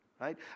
right